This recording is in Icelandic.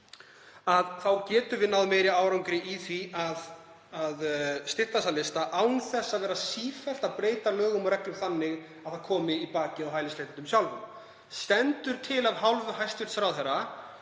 — getum við náð meiri árangri í því að stytta þessa lista án þess að vera sífellt að breyta lögum og reglum þannig að það komi í bakið á hælisleitendum sjálfum. Stendur til af hálfu hæstv. ráðherra